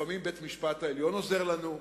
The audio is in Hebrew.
לפעמים בית-המשפט העליון עוזר לנו.